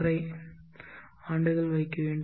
5 ஆண்டுகள் வைக்க வேண்டும்